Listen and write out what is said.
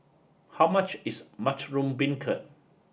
how much is Mushroom Beancurd